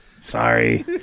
Sorry